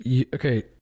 Okay